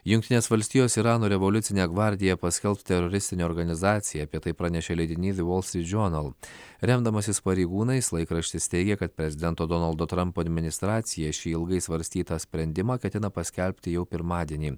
jungtinės valstijos irano revoliucinę gvardiją paskelbs teroristine organizacija apie tai pranešė leidinys ve vol stryt džiornal remdamasis pareigūnais laikraštis teigė kad prezidento donaldo trampo administracija šį ilgai svarstytą sprendimą ketina paskelbti jau pirmadienį